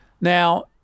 Now